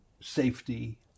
safety